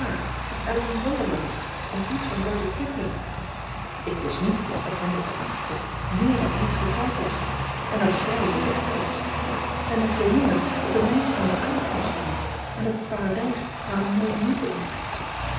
of lice in onderland of iets van udyard ipling k wist niet dat endrik meer dan eens getrouwd was en dat helley een dichter was n nog veel minder dat de menschen van de apen afstammen en dat het aradijs maar een mooie mythe is